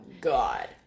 god